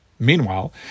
Meanwhile